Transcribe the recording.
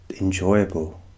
enjoyable